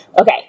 Okay